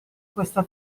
questa